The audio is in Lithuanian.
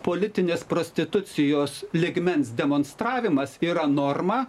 politinės prostitucijos lygmens demonstravimas yra norma